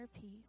peace